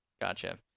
Gotcha